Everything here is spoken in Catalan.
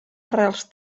arrels